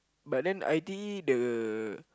but then I_T_E the